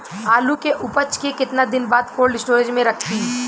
आलू के उपज के कितना दिन बाद कोल्ड स्टोरेज मे रखी?